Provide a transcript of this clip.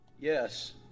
Yes